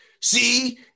see